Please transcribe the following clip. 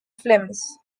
films